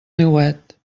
niuet